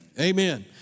Amen